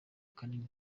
kanini